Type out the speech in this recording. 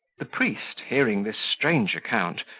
the priest, hearing this strange account,